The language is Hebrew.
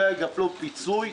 לא יקבלו פיצוי.